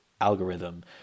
algorithm